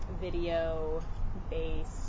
video-based